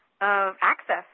access